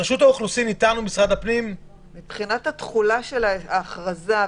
מבחינת התחולה של ההכרזה,